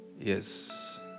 Yes